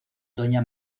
doña